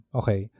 okay